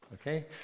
Okay